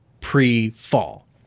pre-fall